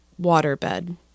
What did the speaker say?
waterbed